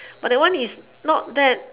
but that one is not that